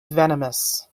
venomous